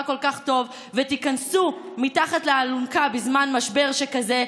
כל כך טוב ותיכנסו מתחת לאלונקה בזמן משבר שכזה,